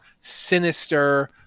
sinister